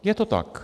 Je to tak?